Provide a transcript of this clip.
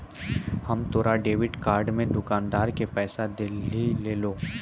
हम तोरा debit card से दुकानदार के पैसा देलिहों